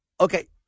Okay